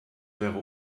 wäre